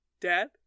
dad